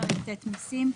פרק ט': מיסים.